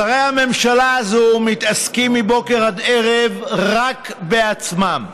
שרי הממשלה הזאת מתעסקים מבוקר עד ערב רק בעצמם,